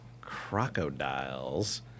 Crocodiles